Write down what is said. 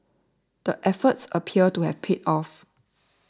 the efforts appear to have paid off